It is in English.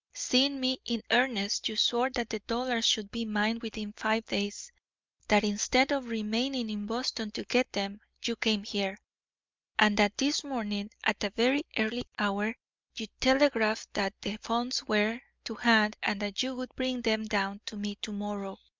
seeing me in earnest, you swore that the dollars should be mine within five days that instead of remaining in boston to get them, you came here and that this morning at a very early hour you telegraphed that the funds were to hand and that you would bring them down to me to-morrow.